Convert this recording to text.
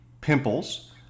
pimples